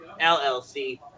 LLC